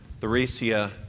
Theresia